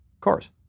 Cars